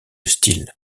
style